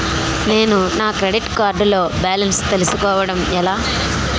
నేను నా credit card లో బాలన్స్ తెలుసుకోవడం ఎలా?